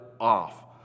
off